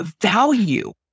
value